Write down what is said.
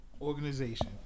organization